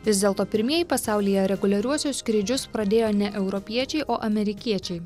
vis dėlto pirmieji pasaulyje reguliariuosius skrydžius pradėjo ne europiečiai o amerikiečiai